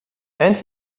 and